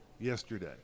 yesterday